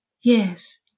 Yes